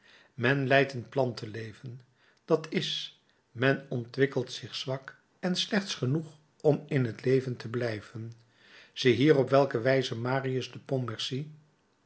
men leidt een plantenleven dat is men ontwikkelt zich zwak en slechts genoeg om in t leven te blijven ziehier op welke wijze marius de